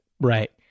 Right